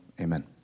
Amen